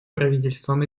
правительством